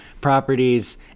properties